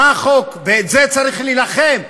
ועל זה צריך להילחם.